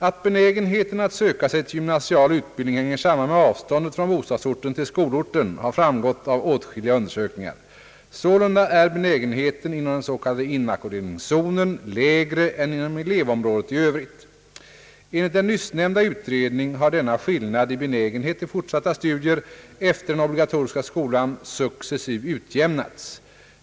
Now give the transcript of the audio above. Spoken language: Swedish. Att benägenheten att söka sig till gymnasial utbildning hänger samman med avståndet från bostadsorten till skolorten har framgått av åtskilliga undersökningar. Sålunda är benägenheten inom den s.k. inackorderingszonen lägre än inom elevområdet i övrigt. Enligt den nyssnämnda utredningen har denna skillnad i benägenhet till fort satta studier efter den obligatoriska skolan successivt utjämnats.